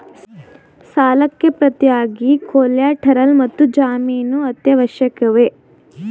ಸಾಲಕ್ಕೆ ಪ್ರತಿಯಾಗಿ ಕೊಲ್ಯಾಟರಲ್ ಮತ್ತು ಜಾಮೀನು ಅತ್ಯವಶ್ಯಕವೇ?